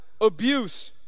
abuse